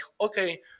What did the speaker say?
okay